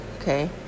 okay